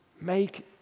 make